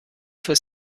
für